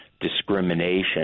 discrimination